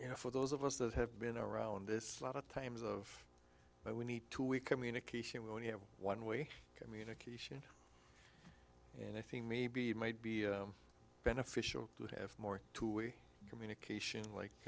you know for those of us that have been around this a lot of times of what we need to we communication we only have one way communication and i think maybe it might be beneficial to have more communication like